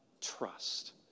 trust